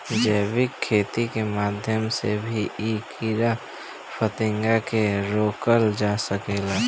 जैविक खेती के माध्यम से भी इ कीड़ा फतिंगा के रोकल जा सकेला